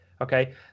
Okay